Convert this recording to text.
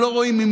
זה,